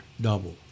double